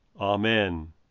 Amen